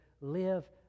live